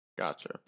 Gotcha